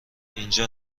اینجا